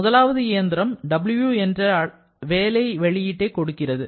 முதலாவது இயந்திரம் W என்ற வேலை வெளியீட்டை கொடுக்கிறது